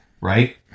Right